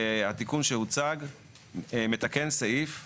התיקון שהוצג מתקן סעיף שהוועדה,